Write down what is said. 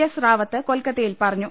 S Rawat കൊൽക്കത്തയിൽ പറഞ്ഞു